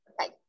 Okay